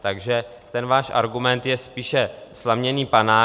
Takže ten váš argument je spíše slaměný panák.